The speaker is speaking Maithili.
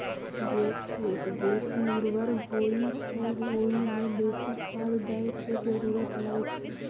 जे खेत बेसी उर्वर होइ छै, ओइ मे बेसी खाद दै के जरूरत नै छै